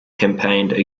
campaigned